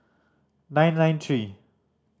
nine nine three